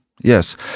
yes